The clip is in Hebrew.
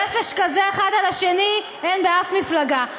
רפש כזה האחד על השני אין באף מפלגה.